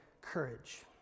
courage